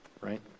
Right